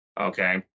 Okay